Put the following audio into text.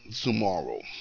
tomorrow